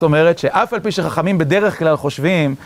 זאת אומרת שאף על פי שחכמים בדרך כלל חושבים...